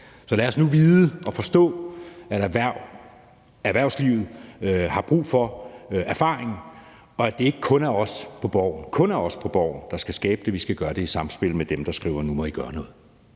Så lad os nu vide og forstå, at erhvervslivet har brug for erfaring, og at det ikke kun er os på Borgen, der skal skabe det; vi skal gøre det i samspil med dem, der skriver: Nu må I gøre noget.